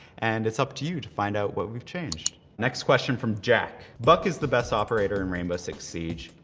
and it's up to you to find out what we've changed. next question from jack. buck is the best operator in rainbow six siege.